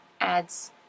adds